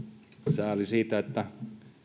sääli siitä että